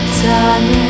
time